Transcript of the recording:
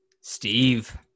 Steve